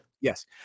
Yes